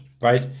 right